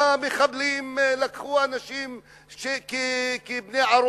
והמחבלים לקחו אנשים כבני-ערובה,